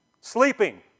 sleeping